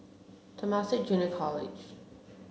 Temasek Junior College